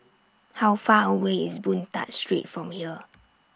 How Far away IS Boon Tat Street from here